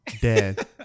Dead